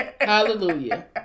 hallelujah